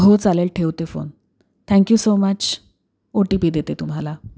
हो चालेल ठेवते phone thank you so much O T P देते तुम्हाला